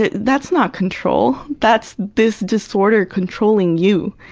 that's not control. that's this disorder controlling you.